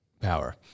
power